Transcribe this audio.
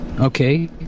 okay